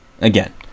Again